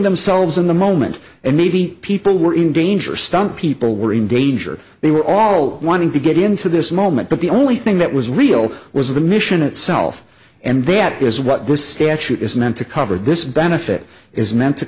themselves in the moment and maybe people were in danger stunt people were in danger they were all wanting to get into this moment but the only thing that was real was the mission itself and that is what this statute is meant to cover this benefit is meant to